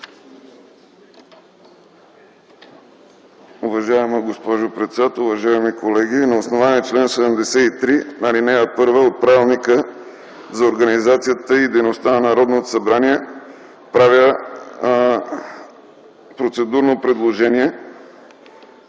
Уважаема госпожо председател, уважаеми колеги! На основание чл. 73, ал. 1 от Правилника за организацията и дейността на Народното събрание правя процедурно предложение